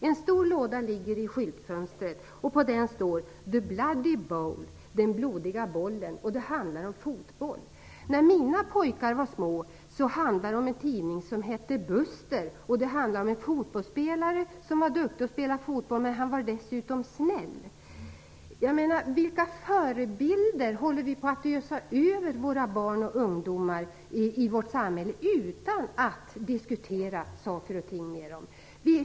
En stor låda ligger i skyltfönstret. På den står: The Blood Bowl. Det handlar om fotboll! När mina pojkar var små handlade det om en tidning som hette Buster. Den handlade om en fotbollsspelare som var duktig på att spela fotboll, men som dessutom var snäll. Vilka förebilder håller vi på att ösa över barn och ungdomar i vårt samhälle utan att diskutera saker och ting med dem?